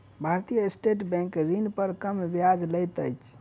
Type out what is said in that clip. भारतीय state bank ऋण पर कम ब्याज लैत अछि